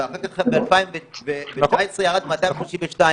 במקום שהגברים יריבו אפשר להבין למה נהרסו רק 19 בתים מתוך 646?